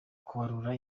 kubarura